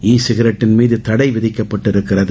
இ சிகரெட்டின் மீது தடைவிதிக்கப்பட்டிருக்கிறது